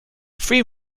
free